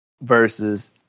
versus